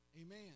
Amen